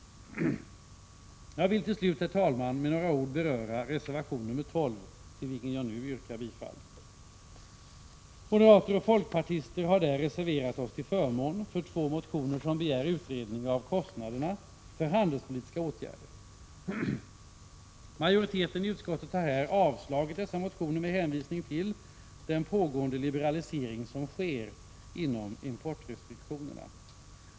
Herr talman! Till sist vill jag med några ord beröra reservation nr 12, till vilken jag nu yrkar bifall. Moderater och folkpartister har reserverat sig till förmån för två motioner som begär utredning av kostnaderna för handelspolitiska åtgärder. Utskottsmajoriteten har avstyrkt dessa motioner med hänvisning till den pågående liberaliseringen när det gäller importrestriktio — Prot. 1986/87:47 nerna.